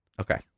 Okay